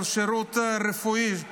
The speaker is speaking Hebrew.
של שירות רפואי,